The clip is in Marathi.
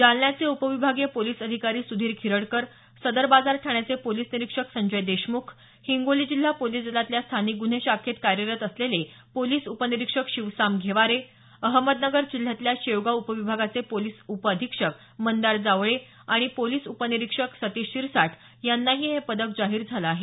जालन्याचे उपविभागीय पोलीस अधिकारी सुधीर खिरडकर सदर बाजार ठाण्याचे पोलीस निरीक्षक संजय देशमुख हिंगोली जिल्हा पोलीस दलातल्या स्थानिक गन्हे शाखेत कार्यरत असलेले पोलीस उपनिरिक्षक शिवसांब घेवारे अहमदनगर जिल्ह्यातल्या शेवगाव उपविभागाचे पोलीस उपअधीक्षक मंदार जावळे आणि पोलीस उपनिरीक्षक सतिष शिरसाठ यांनाही हे पदक जाहीर झाले आहे